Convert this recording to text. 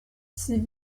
sie